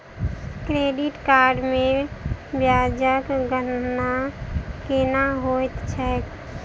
credit card मे ब्याजक गणना केना होइत छैक